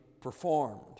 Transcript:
performed